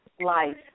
life